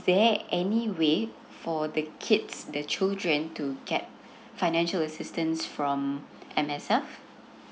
there any way for the kids the children to get financial assistance from M_S_F